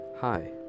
Hi